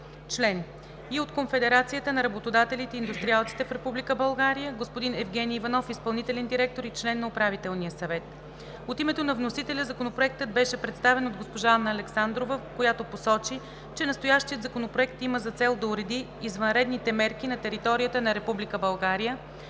член; - Конфедерацията на работодателите и индустриалците в Република България – господин Евгений Иванов, изпълнителен директор и член на Управителния съвет. От името на вносителя Законопроектът беше представен от госпожа Анна Александрова, която посочи, че настоящият законопроект има за цел да уреди извънредните мерки на територията на